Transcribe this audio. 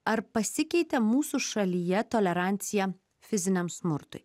ar pasikeitė mūsų šalyje tolerancija fiziniam smurtui